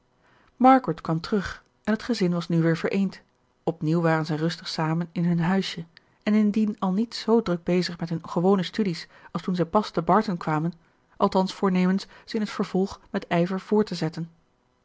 margaret kwam terug en het gezin was nu weer vereend opnieuw waren zij rustig samen in hun huisje en indien al niet zoo druk bezig met hun gewone studies als toen zij pas te barton kwamen althans voornemens ze in het vervolg met ijver voort te zetten